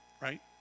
right